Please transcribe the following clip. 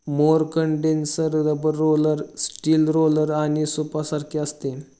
mower condenser rubber roller, steel roller आणि सूपसारखे असते